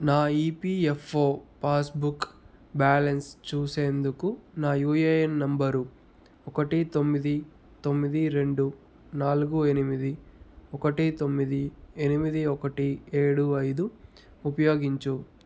నా EPFO passbook balance చూసేందుకు నా యూఏఎన్ నెంబరు ఒకటి తొమ్మిది తొమ్మిది రెండు నాలుగు ఎనిమిది ఒకటి తొమ్మిది ఎనిమిది ఒకటి ఏడు ఐదు ఉపయోగించుము